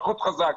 פחות חזק,